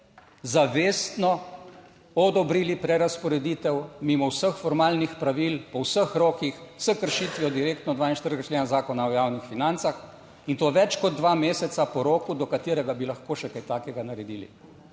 zavestno odobrili prerazporeditev mimo vseh formalnih pravil, po vseh rokih, s kršitvijo direktno 42. člena Zakona o javnih financah in to več kot dva meseca po roku, do katerega bi lahko še kaj takega naredili.